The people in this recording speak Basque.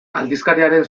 aldizkariaren